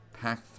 pack